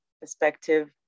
Perspective